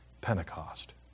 Pentecost